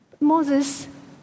Moses